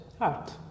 Art